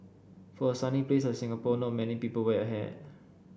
for a sunny place like Singapore not many people wear a hat